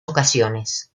ocasiones